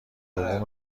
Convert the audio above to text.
دوم